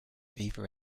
either